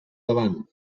davant